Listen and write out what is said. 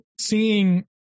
seeing